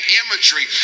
imagery